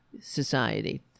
society